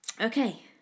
Okay